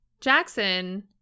Jackson